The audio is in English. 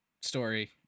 story